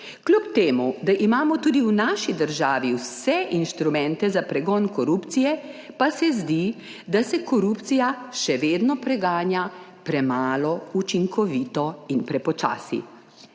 Kljub temu, da imamo tudi v naši državi vse inštrumente za pregon korupcije, pa se zdi, da se korupcija še vedno preganja premalo učinkovito in prepočasi.